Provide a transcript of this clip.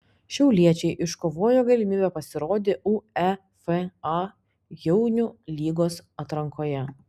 šiauliečiai iškovojo galimybę pasirodyti uefa jaunių lygos atrankoje